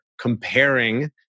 comparing